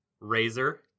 razor